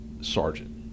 sergeant